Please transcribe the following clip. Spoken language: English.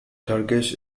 turkish